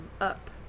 up